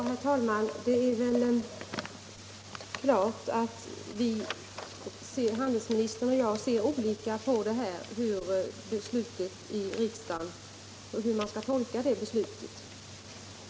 Herr talman! Det är klart att handelsministern och jag har olika synsätt på hur man skall tolka beslutet i riksdagen om kommunal konsumentpolitisk verksamhet.